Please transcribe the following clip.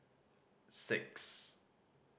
six